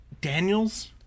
Daniels